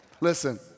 Listen